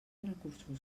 recursos